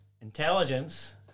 intelligence